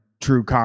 true